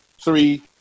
three